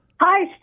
Hi